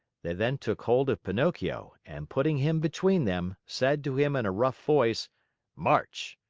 they then took hold of pinocchio and, putting him between them, said to him in a rough voice march!